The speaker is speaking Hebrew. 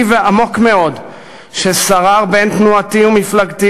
ועמוק מאוד ששרר בין תנועתי ומפלגתי,